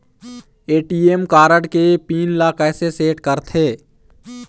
ATM card के pin ला कैसे सेट करथे?